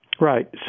Right